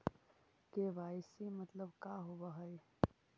KYC मतलब का होव हइ?